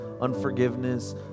unforgiveness